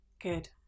Good